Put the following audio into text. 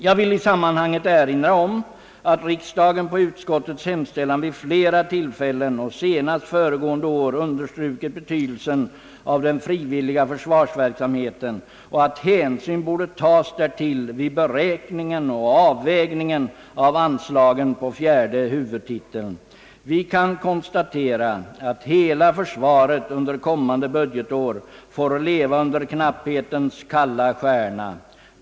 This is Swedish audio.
Jag vill i sammanhanget erinra om att riksdagen på utskottets hemställan vid flera tillfällen och senast föregående år understrukit betydelsen av den frivilliga försvarsverksamheten och att hänsyn borde tas därtill vid beräkning och avvägning av anslagen under fjärde huvudtiteln. Vi kan konstatera att hela försvaret under kommande budgetår får leva under knapphetens kalla stjärna.